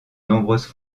nombreuses